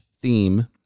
theme